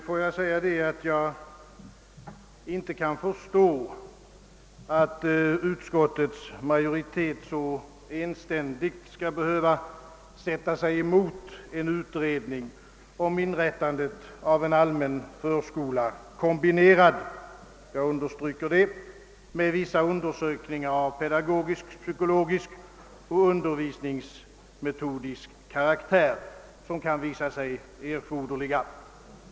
Herr talman! Jag kan inte förstå, att utskottets majoritet så enständigt skall behöva sätta sig emot en utredning om inrättandet av en allmän förskola, kombinerad med vissa undersökningar av pedagogisk, psykologisk och undervisningsmetodisk karaktär, som kan visa sig erforderliga.